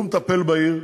הוא מטפל בעיר,